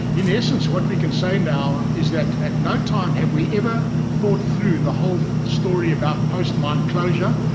in essence what we can say now is that at no time have we ever thought through the whole story about post mine closure,